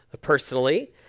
personally